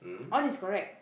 on is correct